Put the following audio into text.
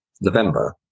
November